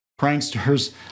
Pranksters